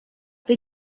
they